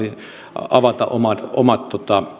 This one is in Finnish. avata omat omat